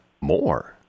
more